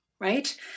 right